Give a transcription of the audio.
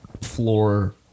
floor